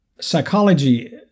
Psychology